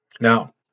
Now